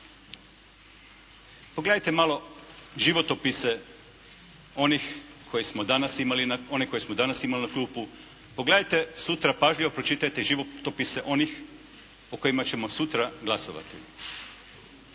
koje smo danas imali, one koje smo danas imali na klupu, pogledajte sutra pažljivo pročitajte životopise onih o kojima ćemo sutra glasovati.